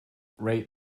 rate